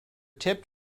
tipped